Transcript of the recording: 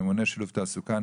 ממונה שילוב תעסוקה,